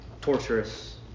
torturous